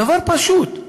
דבר פשוט.